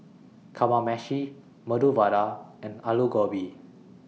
Kamameshi Medu Vada and Alu Gobi